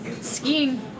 skiing